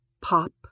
pop